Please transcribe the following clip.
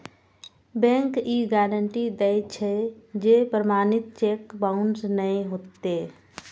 bank ई guarantee दै छै, जे प्रमाणित चेक बाउंस नै हेतै